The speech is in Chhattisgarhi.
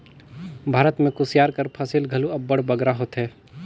भारत में कुसियार कर फसिल घलो अब्बड़ बगरा होथे